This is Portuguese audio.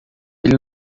ele